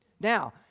Now